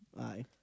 aye